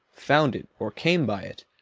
found it, or came by it,